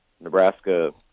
Nebraska